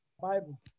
Bible